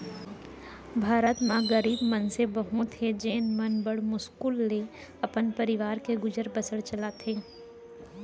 भारत म गरीब मनसे बहुत हें जेन मन बड़ मुस्कुल ले अपन परवार के गुजर बसर चलाथें